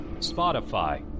Spotify